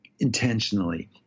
intentionally